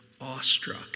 awestruck